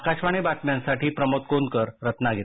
आकाशवाणी बातम्यांसाठी प्रमोद कोनकररत्नागिरी